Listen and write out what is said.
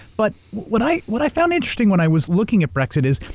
but what i what i found interesting when i was looking at brexit is,